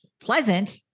pleasant